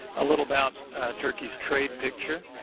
a little about turkeyis trade picture